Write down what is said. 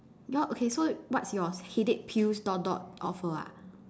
your okay so what's yours headache pills dot dot offer ah